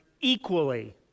equally